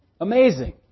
Amazing